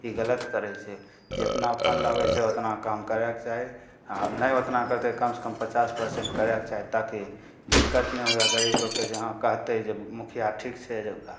ई गलत करय छै जेतना फण्ड आबय छै ओतना काम करयके चाही आओर नहि ओतना करतय तऽ कमसँ कम पचास परसेंट करयके चाही ताकि दिक्कत नहि हुअए गरीब लोकके जे हँ कहतय जे मुखिया ठीक छै अइ जुका